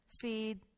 feed